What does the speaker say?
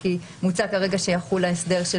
כי אנחנו מציעים עכשיו שיחול ההסדר של